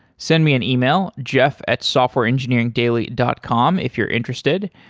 send me an email, jeff at softwareengineeringdaily dot com if you're interested.